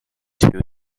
two